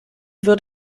wird